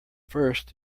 first